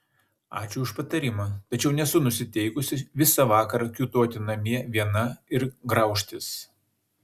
ačiū už patarimą tačiau nesu nusiteikusi visą vakarą kiūtoti namie viena ir graužtis